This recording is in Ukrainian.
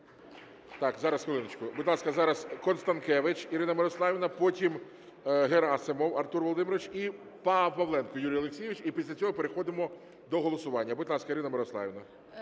Так, зараз хвилиночку. Будь ласка, зараз Констанкевич Ірина Мирославівна. Потім Герасимов Артур Володимирович і Павленко Юрій Олексійович. І після цього переходимо до голосування. Будь ласка, Ірина Мирославівна.